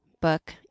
Book